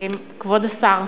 כבוד השר,